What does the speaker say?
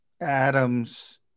Adams